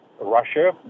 russia